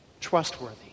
trustworthy